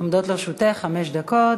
עומדות לרשותך חמש דקות.